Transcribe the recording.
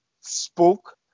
spoke